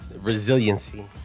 resiliency